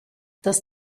das